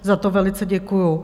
Za to velice děkuju.